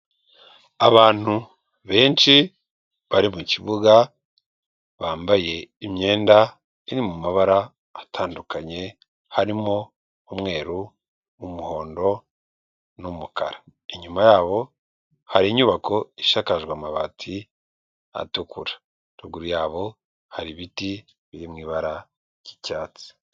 Abantu benshi bari mukibuga bambaye imyenda iri mu mabara atandukanye harimo umweru, umuhondo n'umukara. Inyuma yabo hari inyubako ishakaje amabati atukura ruguru yabo hari ibiti bi mu ibara ry'icyatsi.